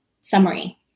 summary